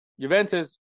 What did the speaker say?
Juventus